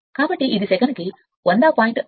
కాబట్టి ఇది సెకనుకు 100